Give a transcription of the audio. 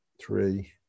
three